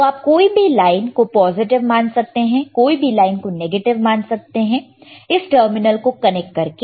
तो आप कोई भी लाइन को पॉजिटिव मान सकते हैं और कोई भी लाइन को नेगेटिव मान सकते हैं इस टर्मिनल को कनेक्ट करके